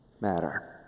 matter